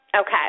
Okay